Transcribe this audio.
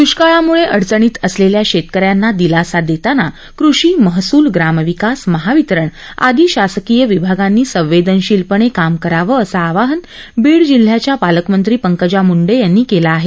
दृष्काळामुळे अडचणीत असलेल्या शेतकऱ्यांना दिलासा देताना कृषि महसूल ग्रामविकास महावितरण आदी शासकीय विभागांनी संवेदनशीलपणे काम करावं असं आवाहन बीड जिल्ह्याच्या पालकमंत्री पंकजा मुंडे यांनी केलं आहे